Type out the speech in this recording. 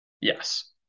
Yes